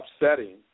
upsetting